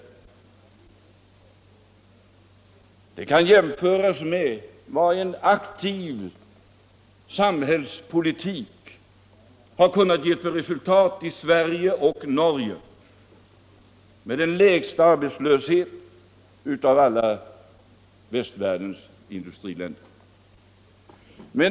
Det kan jämföras med de resultat en aktiv samhällspolitik kunnat ge i Sverige och Norge, som har den lägsta arbetslösheten bland västvärldens industriländer.